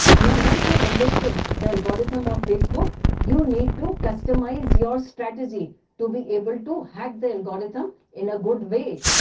now once you have understood the algorithm of facebook you need to customise your strategy to be able to hack the algorithm in a good way.